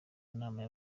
nama